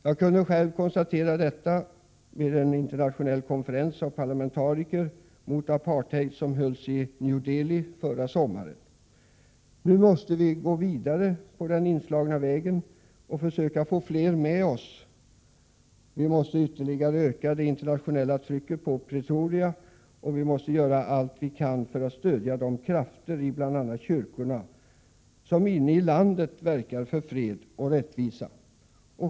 Jag kunde själv konstatera detta vid en internationell konferens för parlamentariker mot apartheid som hölls i New Delhi förra sommaren. Nu måste vi gå vidare på den inslagna vägen och försöka få fler med oss. Vi måste ytterligare öka det internationella trycket på Pretoria, och vi måste göra allt vi kan för att stödja de krafter, i bl.a. kyrkorna, som inne i landet verkar för fred och rättvisa.